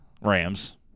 Rams